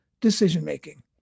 decision-making